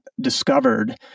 discovered